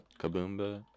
Kaboomba